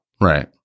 right